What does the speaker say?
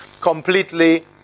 completely